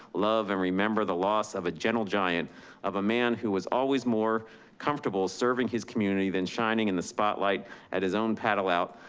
love, and remember the loss of a gentle giant of a man who was always more comfortable serving his community than shining in the spotlight at his own paddle out,